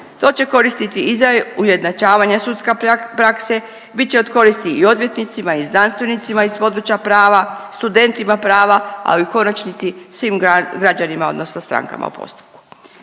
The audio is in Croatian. To će koristiti i za ujednačavanja sudske prakse, bit će od koristi i odvjetnicima i znanstvenicima iz područja prava, studentima prava, a u konačnici svi građanima odnosno strankama u postupku.